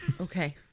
okay